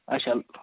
اچھا